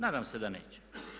Nadam se da neće.